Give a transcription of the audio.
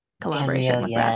collaboration